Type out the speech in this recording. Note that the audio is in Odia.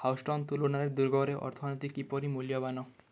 ହାଉଷ୍ଟନ୍ ତୁଳନାରେ ଦୁର୍ଗରେ ଅର୍ଥନୀତି କିପରି ମୂଲ୍ୟବାନ